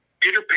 Peter